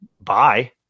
bye